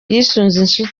inshuti